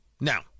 Now